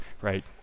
right